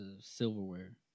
silverware